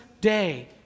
day